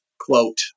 quote